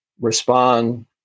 respond